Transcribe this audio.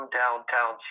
downtown